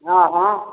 हँ हँ